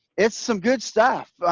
it's some good stuff.